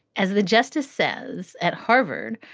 as the justice says at harvard,